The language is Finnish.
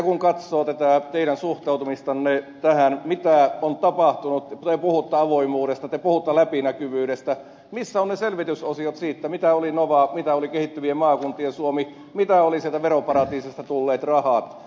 kun katsoo tätä teidän suhtautumistanne tähän mitä on tapahtunut te puhutte avoimuudesta te puhutte läpinäkyvyydestä missä ovat ne selvitysosiot siitä mitä oli nova mitä oli kehittyvien maakuntien suomi mitä olivat sieltä veroparatiiseista tulleet rahat